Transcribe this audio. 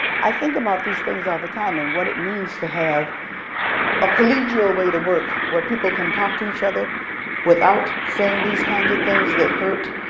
i think about these things all the time and what it means to have a collegial way to work where people can talk to each other without saying these kinds of things that hurt.